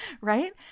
Right